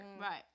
Right